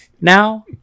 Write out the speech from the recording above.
now